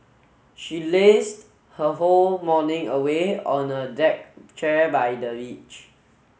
she lazed her whole morning away on a deck chair by the beach